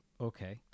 Okay